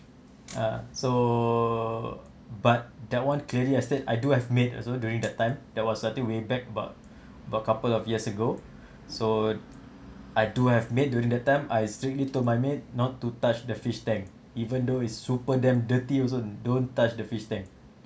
uh so but that one clearly I said I do have mate also during that time that was I think way about about a couple of years ago so I do have mate during that time I strictly told my mate not to touch the fish tank even though is super damn dirty also don't touch the fish tank